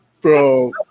Bro